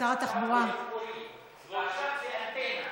משהד זה אתם.